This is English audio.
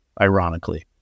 ironically